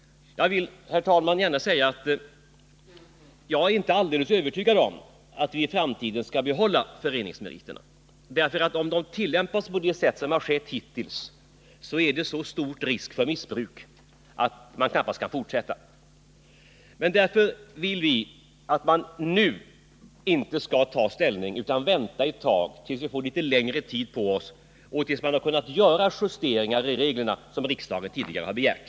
Jag vill, herr talman, gärna säga att jag inte är helt övertygad om att vi i framtiden skall behålla föreningsmeriterna, för om de tillämpas på det sätt som har skett hittills, är det så stor risk för missbruk att man knappast kan fortsätta. Därför vill vi att man inte nu skall ta ställning utan vänta ett tag, så att vi får litet längre tid på oss och till dess att man har kunnat göra justeringar i reglerna som riksdagen tidigare har begärt.